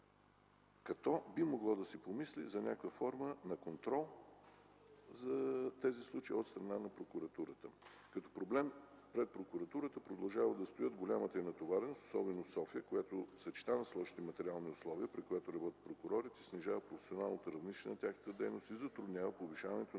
като би могло да се помисли за някаква форма на контрол за тези случаи от страна на прокуратурата. Като проблеми пред прокуратурата продължават да стоят голямата й натовареност, особено в София, която съчетана с лошите материални условия, при които работят прокурорите, снижава професионално равнище на тяхната дейност и затруднява повишаването